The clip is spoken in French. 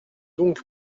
donc